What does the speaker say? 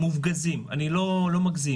מופגזים אני לא מגזים